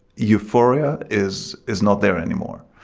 euphoria is is not there anymore.